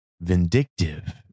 vindictive